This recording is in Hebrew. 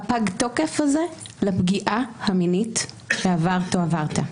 פג התוקף הזה לפגיעה המינית שעברת או עברת.